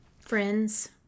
Friends